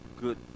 good